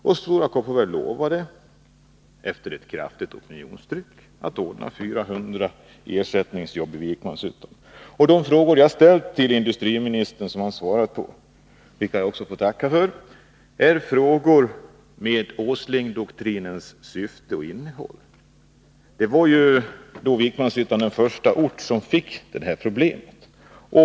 Och Stora Kopparberg lovade, efter ett kraftigt opinionstryck, att ordna 400 ersättningsjobb i Vikmanshyttan. De frågor som jag har ställt till industriministern och som han har svarat på, vilka jag också tackar för, är frågor om Åslingdoktrinens syfte och innehåll. Vikmanshyttan var den första orten som fick detta problem.